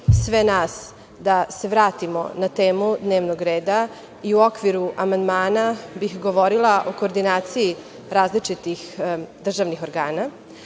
sve nas da se vratimo na temu dnevnog reda i okviru amandmana bih govorila o koordinaciji različitih državnih